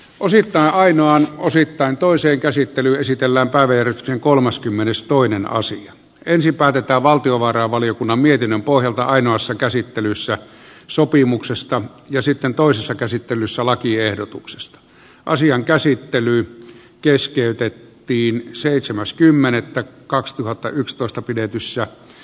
kun siitä ainoan osittain toisen käsittelyn esitellä avertshen kolmaskymmenestoinen ensin päätetään valtiovarainvaliokunnan mietinnön pohjalta ainoassa käsittelyssä sopimuksesta ja sitten toisessa käsittelyssä lakiehdotuksesta asian käsittely keskeytettiin seitsemäs kymmenettä kaksituhattayksitoista pidetyssä